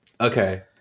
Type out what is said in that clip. Okay